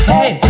Hey